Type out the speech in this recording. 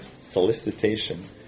solicitation